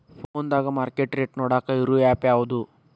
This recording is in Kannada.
ಫೋನದಾಗ ಮಾರ್ಕೆಟ್ ರೇಟ್ ನೋಡಾಕ್ ಇರು ಆ್ಯಪ್ ಯಾವದು?